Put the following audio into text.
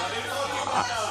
תרים עוד יותר טיפה את האף.